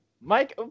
Mike